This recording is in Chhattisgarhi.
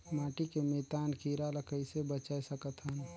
माटी के मितान कीरा ल कइसे बचाय सकत हन?